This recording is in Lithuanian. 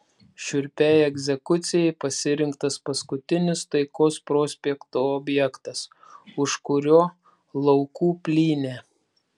šiurpiai egzekucijai pasirinktas paskutinis taikos prospekto objektas už kurio laukų plynė